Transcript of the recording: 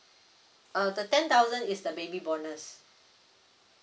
uh the ten thousand is the baby bonus